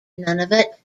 nunavut